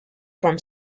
from